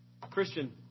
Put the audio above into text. Christian